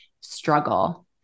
struggle